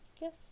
yes